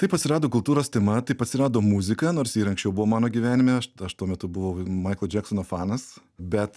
taip atsirado kultūros tema taip atsirado muzika nors ji ir anksčiau buvo mano gyvenime aš tuo metu buvau maiklo džeksono fanas bet